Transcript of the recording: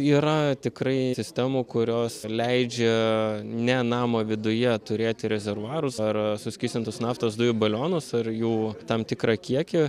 yra tikrai sistemų kurios leidžia ne namo viduje turėti rezervuarus ar suskystintus naftos dujų balionus ar jų tam tikrą kiekį